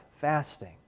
fasting